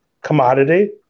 commodity